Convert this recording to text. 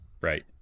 Right